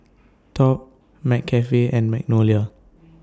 Top MC Cafe and Magnolia